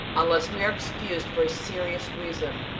unless we are excused for a serious reason.